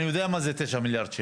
אני יודע מה זה תשעה מיליארד שקל.